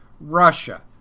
Russia